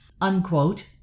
unquote